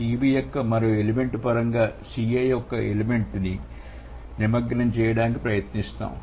Cb యొక్క మరో element పరంగా Ca యొక్క ఒక ఎలిమెంట్ ని నిమగ్నం చేయడానికి ప్రయత్నిస్తున్నాం